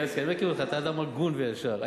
בילסקי, אני מכיר אותך, אתה אדם הגון וישר.